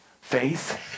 faith